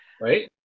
Right